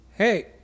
Hey